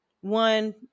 one